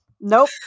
nope